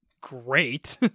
great